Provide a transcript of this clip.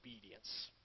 obedience